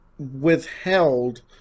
Withheld